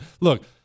Look